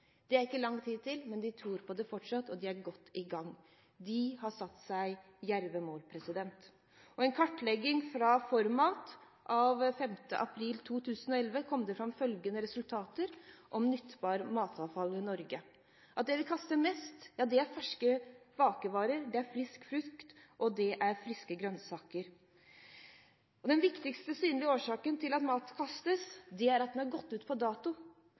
Det er det ikke lang tid til, men de tror på det fortsatt, og de er godt i gang. De har satt seg djerve mål. I en kartlegging fra ForMat av 5. april 2011 kom det fram følgende resultater om nyttbart matavfall i Norge: Det vi kaster mest av, er ferske bakevarer, frisk frukt og friske grønnsaker. Den viktigste, synlige årsaken til at mat kastes er at den er gått ut på dato.